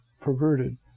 perverted